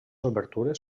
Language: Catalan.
obertures